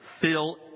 fill